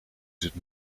het